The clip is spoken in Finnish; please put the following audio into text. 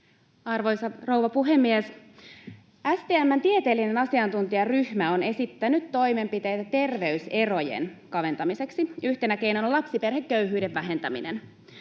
Arvoisa rouva puhemies! STM:n tieteellinen asiantuntijaryhmä on esittänyt toimenpiteitä terveyserojen kaventamiseksi, yhtenä keinona lapsiperheköyhyyden vähentäminen.